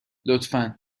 لطفا